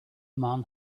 man